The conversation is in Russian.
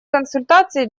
консультации